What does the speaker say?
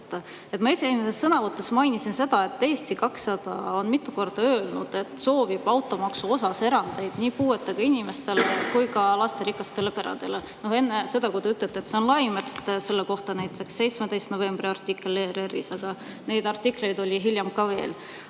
esimeses sõnavõtus mainisin, et Eesti 200 on mitu korda öelnud, et soovib automaksuerandeid nii puuetega inimestele kui ka lasterikastele peredele. Enne seda, kui te ütlete, et see on laim, [märgin, et] selle kohta on näiteks 17. novembrist artikkel ERR‑is, aga neid artikleid oli hiljem veel.